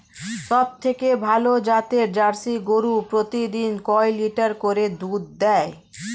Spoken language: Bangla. সবথেকে ভালো জাতের জার্সি গরু প্রতিদিন কয় লিটার করে দুধ দেয়?